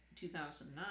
2009